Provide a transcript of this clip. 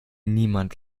niemand